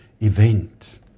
event